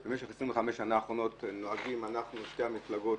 וכידוע אנחנו במשך 25 השנה האחרונות, שתי המפלגות,